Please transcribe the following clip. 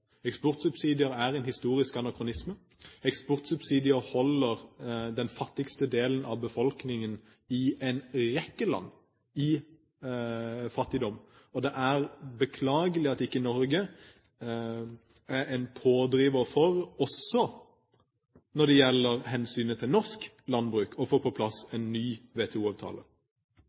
eksportsubsidier. Eksportsubsidier er en historisk anakronisme. Eksportsubsidier holder den fattigste delen av befolkningen i en rekke land nede i fattigdom, og det er beklagelig at Norge ikke er en pådriver for å få på plass en ny